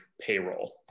payroll